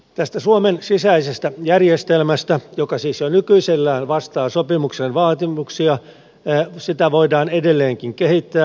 tätä suomen sisäistä järjestelmää joka siis jo nykyisellään vastaa sopimuksen vaatimuksia voidaan edelleenkin kehittää